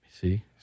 See